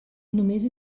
només